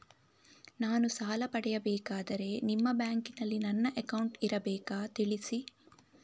ನಾನು ಸಾಲ ಪಡೆಯಬೇಕಾದರೆ ನಿಮ್ಮ ಬ್ಯಾಂಕಿನಲ್ಲಿ ನನ್ನ ಅಕೌಂಟ್ ಇರಬೇಕಾ ತಿಳಿಸಿ?